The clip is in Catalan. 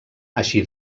així